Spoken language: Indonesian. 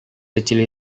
kecil